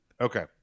Okay